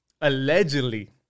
allegedly